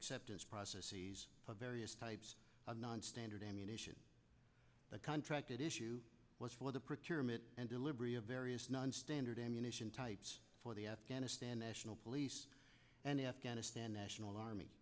acceptance processes of various types of nonstandard ammunition the contracted issue was for the protests and delivery of various nonstandard ammunition types for the afghanistan national police and afghanistan national army